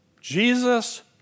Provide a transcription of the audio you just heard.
Jesus